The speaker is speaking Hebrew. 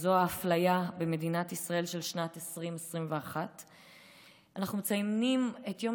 האפליה במדינת ישראל של שנת 2021. אנחנו מציינים את יום